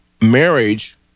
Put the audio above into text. marriage